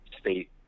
state